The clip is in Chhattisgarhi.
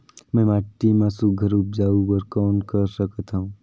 मैं माटी मा सुघ्घर उपजाऊ बर कौन कर सकत हवो?